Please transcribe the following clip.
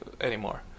Anymore